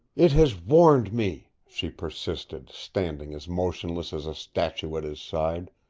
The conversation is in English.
it has warned me, she persisted, standing as motionless as a statue at his side.